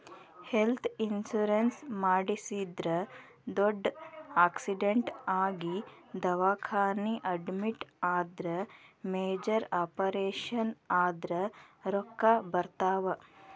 health insurance ಮಾಡಿಸಿದ್ರ ದೊಡ್ಡ್ accident ಆಗಿ ದವಾಖಾನಿ ಅಡ್ಮಿಟ್ ಆದ್ರ ಮೇಜರ್ ಆಪರೇಷನ್ ಆದ್ರ ರೊಕ್ಕಾ ಬರ್ತಾವ